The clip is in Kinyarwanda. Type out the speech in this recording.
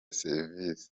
serivisi